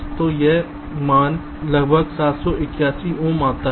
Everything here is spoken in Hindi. तो यह मान लगभग 781 ओम पर आता है